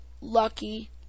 lucky